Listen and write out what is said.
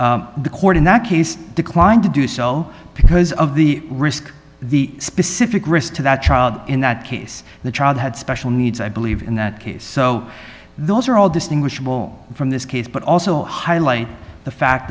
italy the court in that case declined to do so because of the risk the specific risk to that child in that case the child had special needs i believe in that case so those are all distinguishable from this case but also highlight the fact